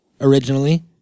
originally